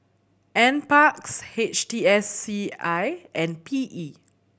Nparks H T S C I and P E